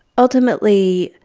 ultimately,